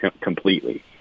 completely